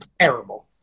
Terrible